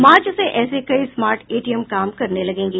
मार्च से ऐसे कई स्मार्ट एटीएम काम करने लगेंगे